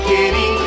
Kitty